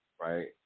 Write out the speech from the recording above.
right